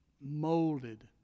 molded